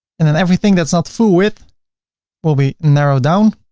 and then everything that's not full width will be narrowed down.